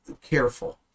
careful